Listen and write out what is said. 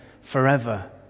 forever